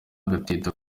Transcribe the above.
agateka